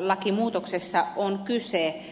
lakimuutoksessa on kyse